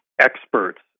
experts